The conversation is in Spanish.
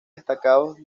destacados